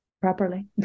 properly